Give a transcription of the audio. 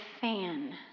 fan